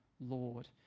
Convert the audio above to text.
Lord